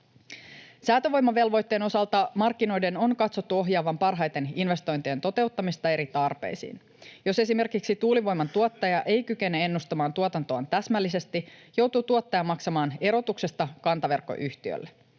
Säätövoimavelvoitteen osalta markkinoiden on katsottu ohjaavan parhaiten investoin-tien toteuttamista eri tarpeisiin. Jos esimerkiksi tuulivoiman tuottaja ei kykene ennustamaan tuotantoaan täsmällisesti, joutuu tuottaja maksamaan erotuksesta kantaverkkoyhtiölle.